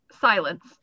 Silence